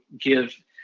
give